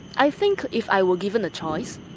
i think if i were given a choice,